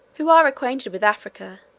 who are acquainted with africa,